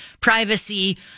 privacy